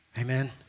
Amen